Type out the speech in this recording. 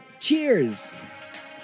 Cheers